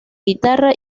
guitarra